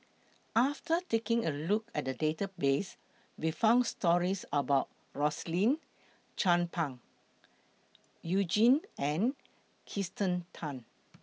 after taking A Look At The Database We found stories about Rosaline Chan Pang YOU Jin and Kirsten Tan